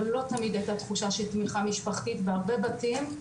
אבל לא תמיד הייתה תחושה של תמיכה משפחתית בהרבה בתים,